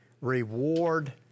reward